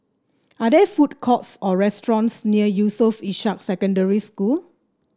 are there food courts or restaurants near Yusof Ishak Secondary School